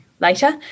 later